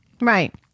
Right